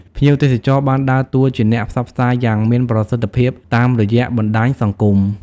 ភ្ញៀវទេសចរបានដើរតួជាអ្នកផ្សព្វផ្សាយយ៉ាងមានប្រសិទ្ធភាពតាមរយៈបណ្តាញសង្គម។